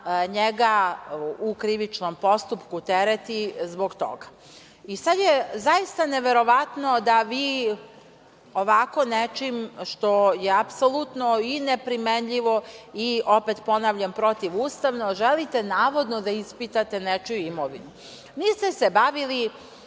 njega u krivičnom postupku tereti zbog toga. Sad je zaista neverovatno da vi ovako nečim što je apsolutno i neprimenljivo i, opet ponavljam, protivustavno, želite navodno da ispitate nečiju imovinu. Niste se bavili